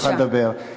יוכל לדבר.